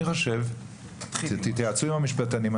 אני חושב שתתייעצו עם המשפטנים,